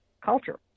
culture